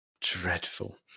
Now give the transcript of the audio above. Dreadful